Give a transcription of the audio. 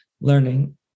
learning